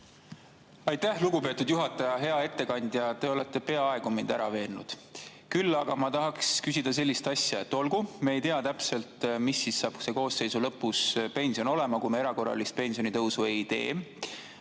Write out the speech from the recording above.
Aitäh, lugupeetud juhataja! Hea ettekandja! Te olete mind peaaegu ära veennud. Küll aga tahaks ma küsida sellist asja. Olgu, me ei tea täpselt, mis siis saab selle koosseisu lõpus pension olema, kui me erakorralist pensionitõusu ei tee.